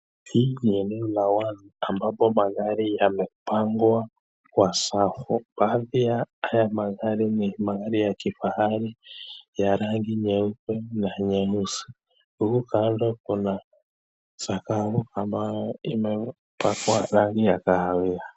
Hii ni eneo la wazi ambapo magari yamepangwa kwa safu. Baadhi ya haya magari ni magari ya kifahari ya rangi nyeupe na nyeusi. Huku kando kuna sakafu ambayo imepakwa rangi ya kahawia.